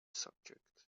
subject